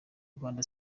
rwanda